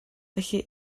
felly